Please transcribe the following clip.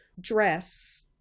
dress